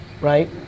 right